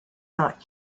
not